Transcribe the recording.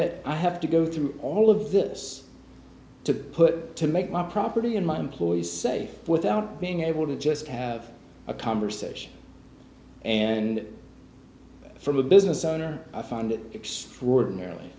that i have to go through all of this to put to make my property and mine ploys safe without being able to just have a conversation and from a business owner i found extraordinarily